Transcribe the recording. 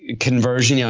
ah conversion. yeah